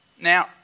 Now